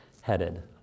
headed